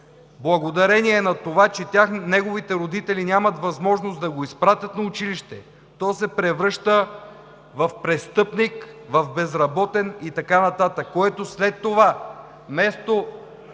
благодарение на това, че неговите родители нямат възможност да го изпратят на училище, то се превръща в престъпник, в безработен и така нататък. След това, вместо